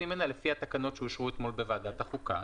ממנה לפי התקנות שאושרו אתמול בוועדת החוקה.